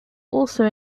also